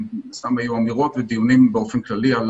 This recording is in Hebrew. שמנו היום ניירות ודיונים באופן כללי על